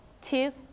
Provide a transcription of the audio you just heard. two